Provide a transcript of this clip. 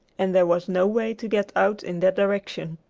and there was no way to get out in that direction.